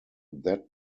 that